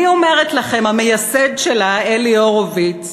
אני אומרת לכם שהמייסד שלה, אלי הורביץ,